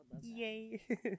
Yay